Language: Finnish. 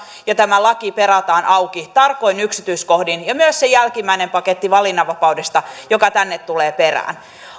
ja tämä laki perataan auki tarkoin yksityiskohdin myös se jälkimmäinen paketti valinnanvapaudesta joka tänne tulee perään